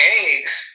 eggs